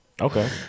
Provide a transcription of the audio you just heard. Okay